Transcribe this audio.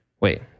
Wait